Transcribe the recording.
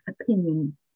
opinion